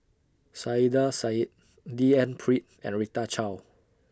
Saiedah Said D N Pritt and Rita Chao